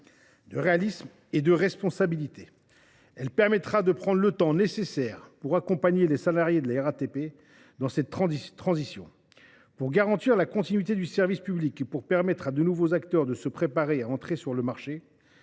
de réalisme et de responsabilité. Elle permettra de prendre le temps nécessaire pour accompagner les salariés de la RATP dans cette transition, pour garantir la continuité du service public et pour permettre à de nouveaux acteurs de se préparer à entrer sur le marché.